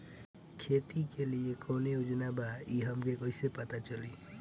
खेती के लिए कौने योजना बा ई हमके कईसे पता चली?